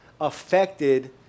affected